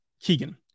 Keegan